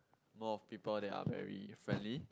more of people that are very friendly